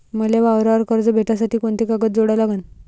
मले वावरावर कर्ज भेटासाठी कोंते कागद जोडा लागन?